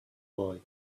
boy